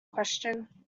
question